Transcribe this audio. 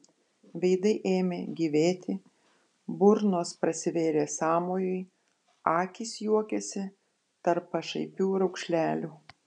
veidai ėmė gyvėti burnos prasivėrė sąmojui akys juokėsi tarp pašaipių raukšlelių